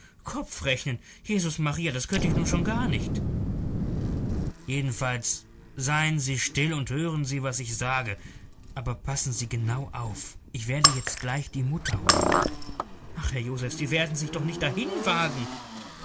kopfrechnen jesus maria das könnt ich nun schon gar nicht jedenfalls seien sie still und hören sie was ich sage aber passen sie genau auf ich werde jetzt gleich die mutter holen ach herr josef sie werden sich doch nicht dahin wagen